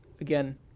again